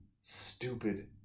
stupid